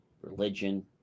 religion